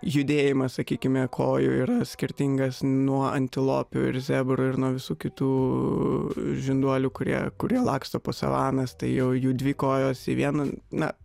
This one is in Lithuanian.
judėjimas sakykime kojų yra skirtingas nuo antilopių ir zebrų ir nuo visų kitų žinduolių kurie kurie laksto po savanas tai jau jų dvi kojos į vieną na